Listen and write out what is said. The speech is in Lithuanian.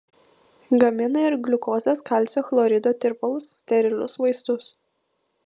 gamina ir gliukozės kalcio chlorido tirpalus sterilius vaistus